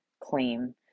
claim